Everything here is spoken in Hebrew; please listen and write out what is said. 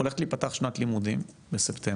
הולכת להיפתח שנת לימודים בספטמבר,